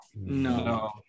No